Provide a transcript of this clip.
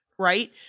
Right